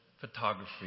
photography